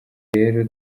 rero